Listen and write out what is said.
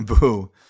boo